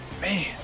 man